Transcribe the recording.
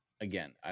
again